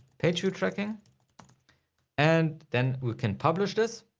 pageview tracking and then we can publish this.